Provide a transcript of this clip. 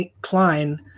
Klein